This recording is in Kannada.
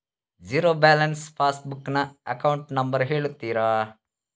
ಝೀರೋ ಬ್ಯಾಲೆನ್ಸ್ ಪಾಸ್ ಬುಕ್ ನ ಅಕೌಂಟ್ ನಂಬರ್ ಹೇಳುತ್ತೀರಾ?